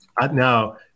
Now